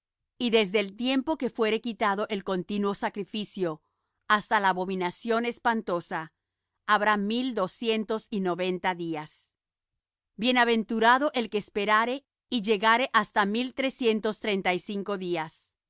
y desde el tiempo que fuere quitado el continuo sacrificio hasta la abominación espantosa habrá mil doscientos y noventa días bienaventurado el que esperare y llegare hasta mil trescientos treinta y cinco días